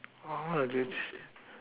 !wah! what a bitch